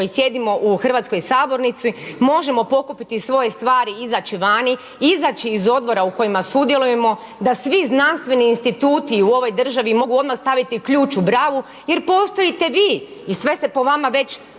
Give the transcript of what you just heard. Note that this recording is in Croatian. sjedimo u hrvatskoj sabornici možemo pokupiti svoje stvari izaći vani, izaći iz odbora u kojima sudjelujemo, da svi znanstveni instituti u ovoj državi mogu odmah staviti ključ u bravu jer postojite vi i sve se po vama već